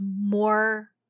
more